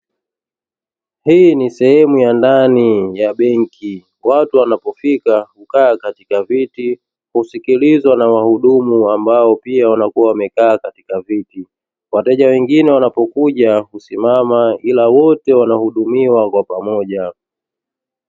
Hii ni sehemu ya ndani ya benki watu wanapofikia hukaa katika viti na kusikilizwa na wahudumu ambao pia wamekaa katika viti, wateja wengine wanapokuja husimama ila wote huudumiwa kwa pamoja.